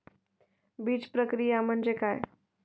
बीजप्रक्रिया म्हणजे काय?